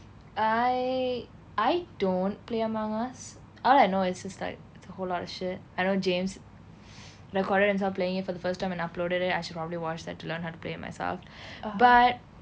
I I don't play among us all I know is is just like it's a whole lot of shit I know james recorded and started playing it for the first time and uploaded it I should probably watch that to learn how to play it myself but